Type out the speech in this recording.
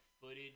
footage